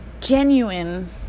genuine